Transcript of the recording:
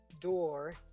door